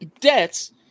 debts